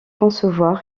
concevoir